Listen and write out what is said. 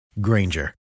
Granger